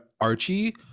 Archie